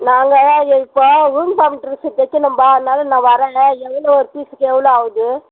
நாங்கள் தான் எ இப்போ யூனிஃபார்ம் ட்ரெஸ்ஸு தைக்கணும்பா அதனால் நான் வரேன் எவ்வளோ ஒரு பீஸுக்கு எவ்வளோ ஆவுது